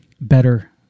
better